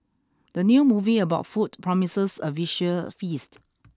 the new movie about food promises a visual feast